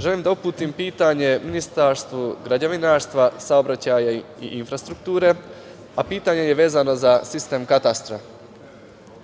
želim da uputim pitanje Ministarstvu građevinarstva, saobraćaja i infrastrukture, a pitanje je vezano za sistem katastra.U